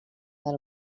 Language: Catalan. del